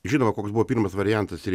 žinoma koks buvo pirmas variantas ir